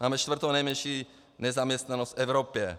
Máme čtvrtou nejmenší nezaměstnanost v Evropě.